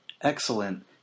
Excellent